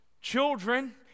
children